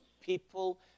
people